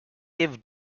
give